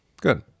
Good